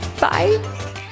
Bye